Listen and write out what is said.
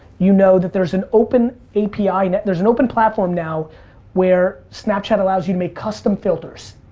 you know that there's an open api. and there's an open platform now where snapchat allows you to make custom filters.